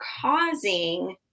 causing